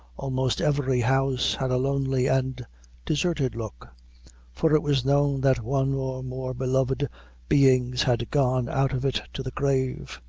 almost every house had a lonely and deserted look for it was known that one or more beloved beings had gone out of it to the grave.